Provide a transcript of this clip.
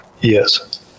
Yes